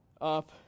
up